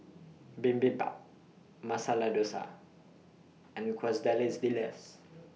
Bibimbap Masala Dosa and Quesadillas